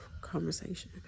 conversation